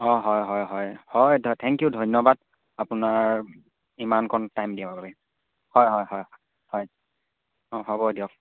অঁ হয় হয় হয় হয় দাদা থেংক ইউ ধন্যবাদ আপোনাৰ ইমানকণ টাইম দিয়াৰ বাবে হয় হয় হয় হয় হয় অঁ হ'ব দিয়ক